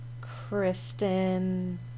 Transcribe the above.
Kristen